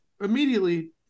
Immediately